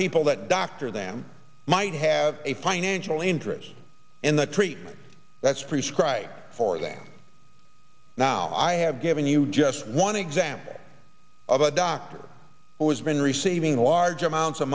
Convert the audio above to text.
people that doctor them might have a financial interest in the tree that's prescribed for them now i have given you just one example of a doctor who has been receiving large amounts of